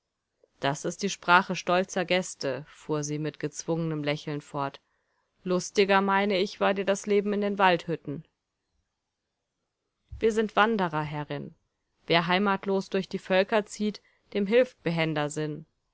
das ist die sprache stolzer gäste fuhr sie mit gezwungenem lächeln fort lustiger meine ich war dir das leben in den waldhütten wir sind wanderer herrin wer heimatlos durch die völker zieht dem hilft behender sinn